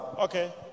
Okay